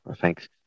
thanks